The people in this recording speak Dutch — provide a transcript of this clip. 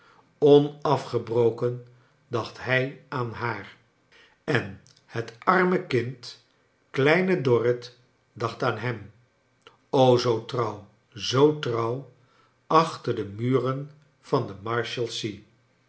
onafgebroken dacht hij aan haar en het arme kind kleine dorrit dacht aan hem o zoo tronw zoo trouw achter de muren van de marshalsea